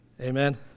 Amen